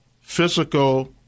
physical